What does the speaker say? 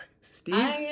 Steve